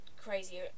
crazy